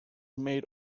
made